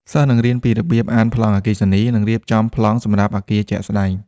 សិស្សនឹងរៀនពីរបៀបអានប្លង់អគ្គិសនី និងរៀបចំប្លង់សម្រាប់អគារជាក់ស្តែង។